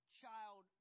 child